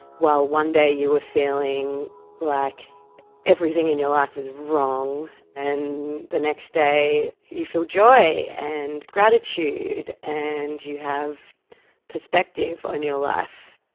while one day you were feeling like everything in your life is wrong and the next day you feel joy and gratitude and you have perspective on your life.